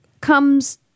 comes